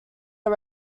are